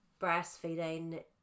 breastfeeding